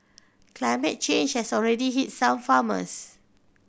climate change has already hit some farmers